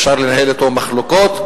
אפשר לנהל אתו מחלוקות,